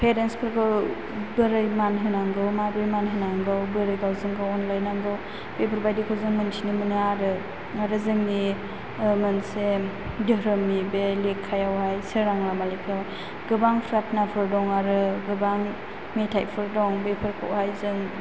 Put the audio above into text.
parents फोरखौ बोरै मान होनांगौ माबोरै मान होनांगौ बोरै गावजों गाव अनलायनांगौ बेफोरबादिखौ जों मिथिनो मोनो आरो आरो जोंनि मोनसे धोरोमनि बे लेखायाव हाय सोरां लामा लेखायाव हाय गोबां प्राथनाफोर दं आरो गोबां मेथाइफोर दं बेफोरखौ हाय जों